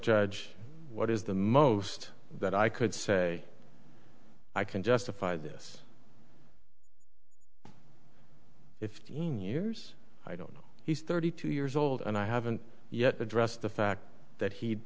judge what is the most that i could say i can justify this if teen years i don't know he's thirty two years old and i haven't yet addressed the fact that he